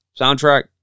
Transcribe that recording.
soundtrack